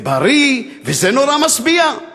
זה בריא וזה נורא משביע.